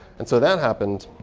and so that happened.